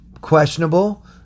questionable